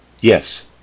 Yes